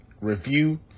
review